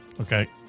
okay